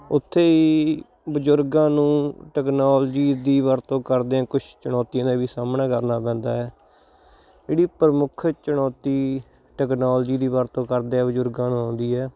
ਉੱਥੇ ਹੀ ਬਜ਼ੁਰਗਾਂ ਨੂੰ ਟੈਕਨੋਲਜੀ ਦੀ ਵਰਤੋਂ ਕਰਦਿਆਂ ਕੁਛ ਚੁਣੌਤੀਆਂ ਦਾ ਵੀ ਸਾਹਮਣਾ ਕਰਨਾ ਪੈਂਦਾ ਹੈ ਜਿਹੜੀ ਪ੍ਰਮੁੱਖ ਚੁਣੌਤੀ ਟੈਕਨੋਲਜੀ ਦੀ ਵਰਤੋਂ ਕਰਦਿਆਂ ਬਜ਼ੁਰਗਾਂ ਨੂੰ ਆਉਂਦੀ ਹੈ